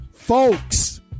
Folks